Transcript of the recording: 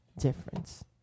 difference